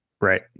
Right